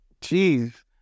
Jeez